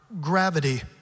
gravity